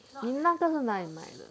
你那个是在哪里